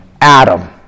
Adam